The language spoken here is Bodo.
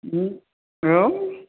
औ